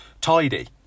tidy